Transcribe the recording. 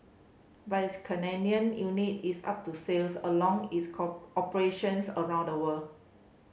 but its Canadian unit is up to sales along its co operations around the world